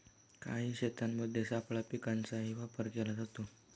काही शेतांमध्ये सापळा पिकांचाही वापर केला जातो